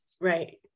right